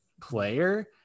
player